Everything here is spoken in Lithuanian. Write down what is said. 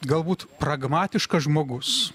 galbūt pragmatiškas žmogus